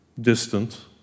distant